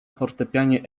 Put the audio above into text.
fortepianie